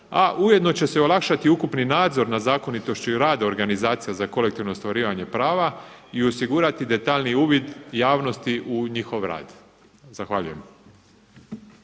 a ujedno će se olakšati ukupni nadzor nad zakonitošću i radom organizacija za kolektivno ostvarivanje prava i osigurati detaljniji uvid javnosti u njihov rad. Zahvaljujem.